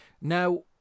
Now